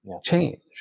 change